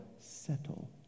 settle